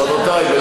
רבותיי,